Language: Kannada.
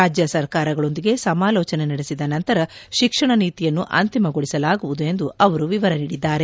ರಾಜ್ಯ ಸರ್ಕಾರಗಳೊಂದಿಗೆ ಸಮಾಲೋಚನೆ ನಡೆಸಿದ ನಂತರ ಶಿಕ್ಷಣ ನೀತಿಯನ್ನು ಅಂತಿಮಗೊಳಿಸಲಾಗುವುದು ಎಂದು ಅವರು ವಿವರ ನೀಡಿದ್ದಾರೆ